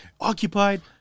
occupied